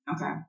Okay